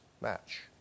match